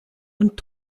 und